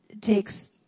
takes